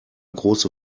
große